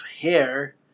hair